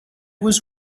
was